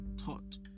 thought